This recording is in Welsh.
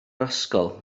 ysgol